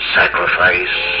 sacrifice